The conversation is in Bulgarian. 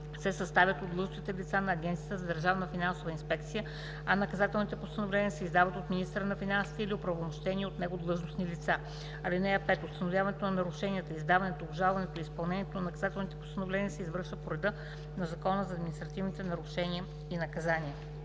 се съставят от длъжностни лица на Агенцията за държавна финансова инспекция, а наказателните постановления се издават от министъра на финансите или от оправомощени от него длъжностни лица. (5) Установяването на нарушенията, издаването, обжалването и изпълнението на наказателните постановления се извършват по реда на Закона за административните нарушения и наказания.“